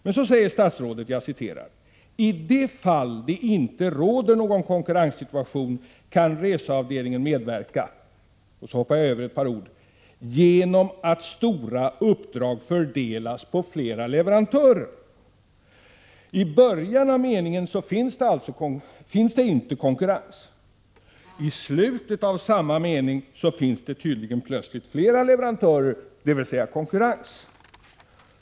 Men så säger statsrådet så här: ”I de fall det inte råder någon konkurrenssituation kan reseavdelningen verka”... ”genom att stora uppdrag fördelas på flera leverantörer”. Enligt det som står i början av meningen finns det alltså inte konkurrens. Men i slutet av meningen finns det tydligen plötsligt flera leverantörer, dvs. konkurrens.